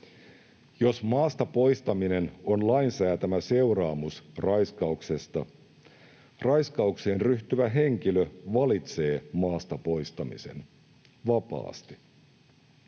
Jos maasta poistaminen on lain säätämä seuraamus raiskauksesta, raiskaukseen ryhtyvä henkilö valitsee maasta poistamisen vapaasti.